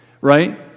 right